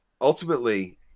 ultimately